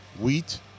Wheat